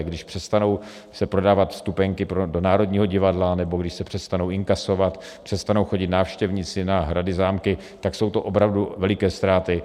Když se přestanou prodávat vstupenky do Národního divadla nebo když se přestanou inkasovat, přestanou chodit návštěvníci na hrady, zámky, tak jsou to opravdu veliké ztráty.